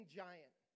giant